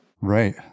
Right